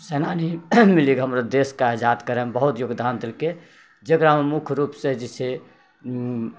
सेनानी मिलि कऽ हमरा देशकेँ आजाद करयमे बहुत योगदान देलकै जकरामे मुख्य रूपसँ जे छै